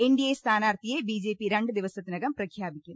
NDA സ്ഥാനാർഥിയെ BJP രണ്ടു ദിവസത്തിനകം പ്രഖ്യാപിക്കും